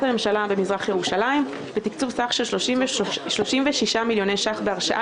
הממשלה במזרח ירושלים ותקצוב סך של 36 מיליון ₪ בהרשאה